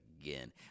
again